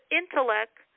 intellect